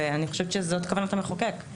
אני חושבת שזאת כוונת המחוקק.